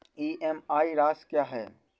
EMI राशि क्या है?